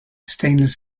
stainless